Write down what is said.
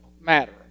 matter